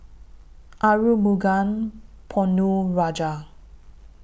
Arumugam Ponnu Rajah